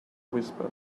whisper